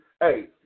hey